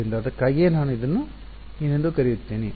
ಆದ್ದರಿಂದ ಅದಕ್ಕಾಗಿಯೇ ನಾನು ಇದನ್ನು ಏನೆಂದು ಕರೆಯುತ್ತೇನೆ